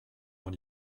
dans